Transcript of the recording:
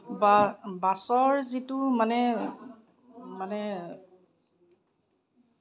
বাছৰ যিটো মানে মানে